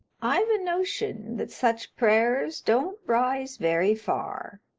i've a notion that such prayers don't rise very far.